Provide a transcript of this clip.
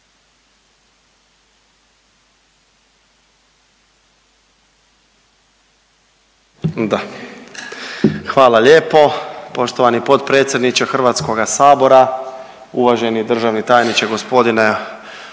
hvala lijepo poštovani potpredsjedničke Hrvatskoga sabora, uvaženi državni tajniče gospodine